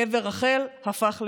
קבר רחל הפך למובלעת.